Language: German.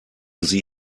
sie